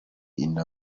inda